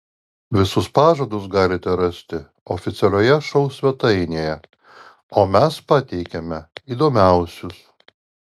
visus pažadus galite rasti oficialioje šou svetainėje o mes pateikiame įdomiausius